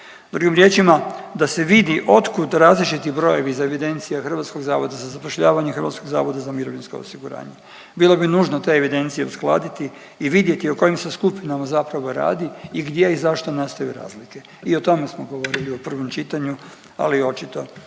Drugim riječima da se vidi od kud različiti brojevi iz evidencija Hrvatskog zavoda za zapošljavanje, Hrvatskog zavoda za mirovinsko osiguranje. Bilo bi nužno te evidencije uskladiti i vidjeti o kojim se skupinama zapravo radi i gdje i zašto nastaju razlike. I o tome smo govorili u prvom čitanju, ali očito ništa